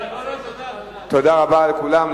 תודה רבה לכולם,